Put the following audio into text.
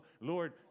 Lord